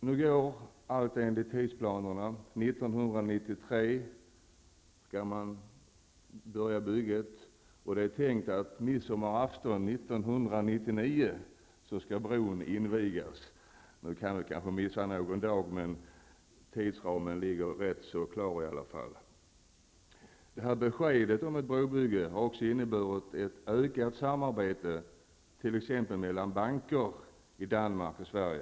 Nu går allt enligt tidsplanerna. Bygget påbörjas 1993. Det är tänkt att bron skall invigas på midsommarafton 1999. Det kanske missar på någon dag, men tidsramen ligger klar. Beskedet om ett brobygge har inneburit ett ökat samarbete mellan t.ex. banker i Danmark och Sverige.